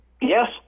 Yes